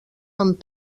amb